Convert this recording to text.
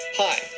Hi